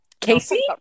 Casey